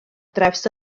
draws